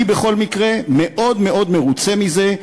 אני בכל מקרה מאוד מרוצה מזה.